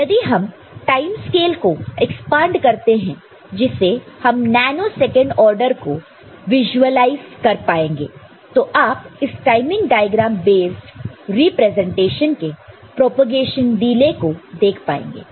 यदि हम time scale को एकस्पांड करते हैं जिससे हम नैनो सेकंड ऑर्डर को विश्वलाइज कर पाए तो आप इस टाइमिंग डायग्राम बेस्ड रिप्रेजेंटेशन के प्रोपेगेशन डिले को देख पाएंगे